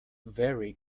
very